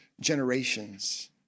generations